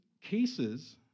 cases